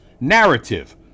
narrative